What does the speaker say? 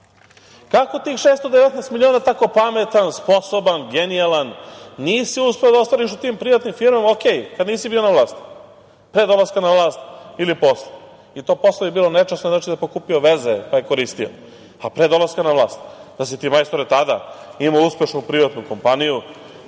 Kako tih 619 miliona, tako pametan, sposoban, genijalan, nisi uspeo da ostvariš u tim prijatnim firmama, kada nisi bio na vlasti, pre dolaska na vlast ili posle? To posle bi bilo nečasno, znači da je pokupio veze, pa je koristio. Pa, pre dolaska na vlast, da si ti, majstore, tada, imao uspešnu privatnu kompaniju,